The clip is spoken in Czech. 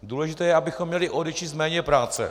Důležité je, abychom uměli odečíst méněpráce.